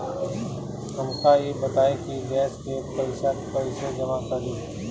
हमका ई बताई कि गैस के पइसा कईसे जमा करी?